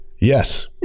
Yes